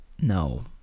No